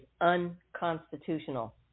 unconstitutional